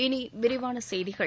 இனி விரிவான செய்திகள்